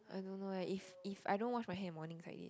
I don't know eh if if I don't wash my hair in mornings like this